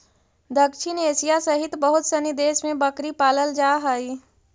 दक्षिण एशिया सहित बहुत सनी देश में बकरी पालल जा हइ